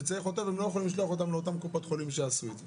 לא יכולים לשלוח אותם לקופות החולים שיעשו את זה,